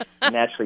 Naturally